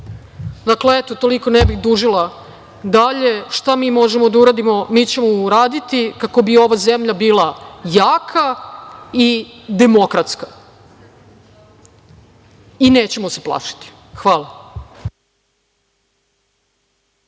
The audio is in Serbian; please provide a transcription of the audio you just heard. eto, toliko. Ne bih dužila dalje. Šta mi možemo da uradimo mi ćemo uraditi, kako bi ova zemlja bila jaka i demokratska i nećemo se plašiti. Hvala.